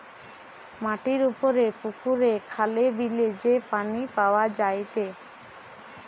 মাটির উপরে পুকুরে, খালে, বিলে যে পানি পাওয়া যায়টে